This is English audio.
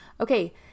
Okay